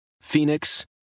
Phoenix